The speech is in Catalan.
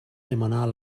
demanar